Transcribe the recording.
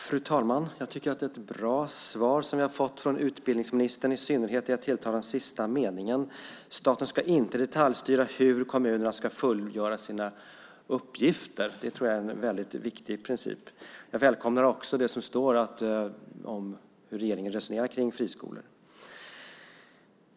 Fru talman! Jag tycker att det är ett bra svar som vi har fått från utbildningsministern. I synnerhet den sista meningen tilltalar mig. Att staten inte ska detaljstyra hur kommunerna ska fullgöra sina uppgifter är, tror jag, en väldigt viktig princip. Jag välkomnar också det som står om hur regeringen resonerar kring friskolor.